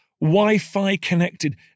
Wi-Fi-connected